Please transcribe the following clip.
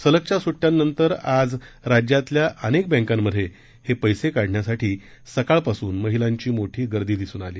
सलगच्या स्ट्यांनंतर आज राज्यातल्या अनेक बँकांमध्ये हे पैसे काढण्यासाठी सकाळपासून महिलांची मोठी गर्दी दिसून आली